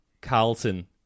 Carlton